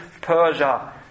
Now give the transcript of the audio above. Persia